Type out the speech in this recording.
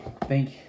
thank